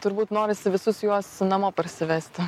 turbūt norisi visus juos namo parsivesti